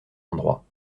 endroits